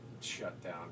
shutdown